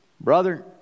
Brother